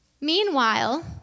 meanwhile